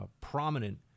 prominent